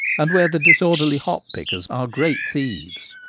and where the disorderly hop-pickers are great thieves.